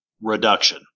reduction